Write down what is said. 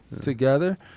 together